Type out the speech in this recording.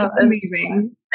Amazing